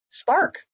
spark